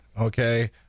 okay